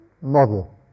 model